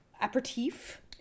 aperitif